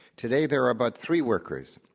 today, there are about three workers.